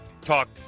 talk